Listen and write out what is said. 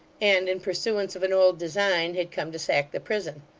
and, in pursuance of an old design, had come to sack the prison.